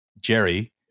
Jerry